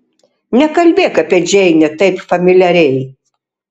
nekalbėk apie džeinę taip familiariai